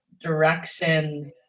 direction